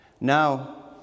Now